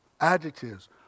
adjectives